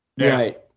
Right